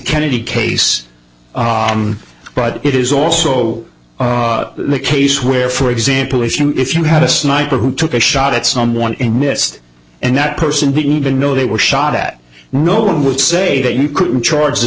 kennedy case but it is also the case where for example if you if you had a sniper who took a shot at someone and missed and that person didn't even know they were shot at no one would say that you could charge the